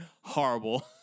horrible